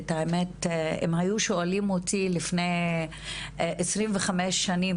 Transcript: אם היו שואלים אותי לפני 25 שנים